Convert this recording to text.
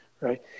right